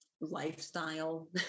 lifestyle